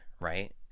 right